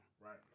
Right